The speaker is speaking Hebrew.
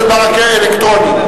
חבר הכנסת ברכה, אלקטרוני.